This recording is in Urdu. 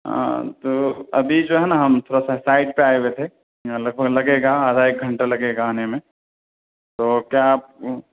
ہاں تو ابھی جو ہے نا ہم تھوڑا سا سائٹ پہ آئے ہوئے تھے یہاں لگ بھگ لگے گا آدھا ایک گھنٹہ لگے گا آنے میں تو کیا آپ